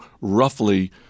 roughly